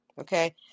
okay